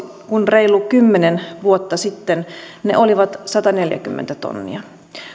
kun reilu kymmenen vuotta sitten ne olivat sataneljäkymmentä tonnia